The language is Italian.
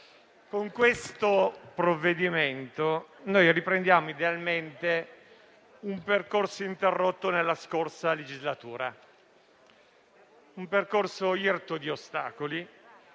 con questo provvedimento riprendiamo idealmente un percorso interrotto nella scorsa legislatura; un percorso irto di ostacoli